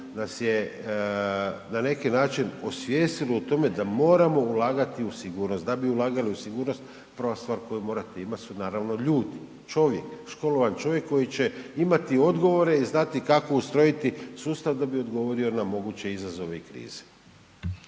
nas je na neki način osvijestilo u tome da moramo ulagati u sigurnost. Da bi ulagali u sigurnost prva stvar koju morate imat su naravno ljudi, čovjek, školovan čovjek koji će imati odgovore i znati kako ustrojiti sustav da bi odgovorio na moguće izazove i krize.